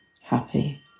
happy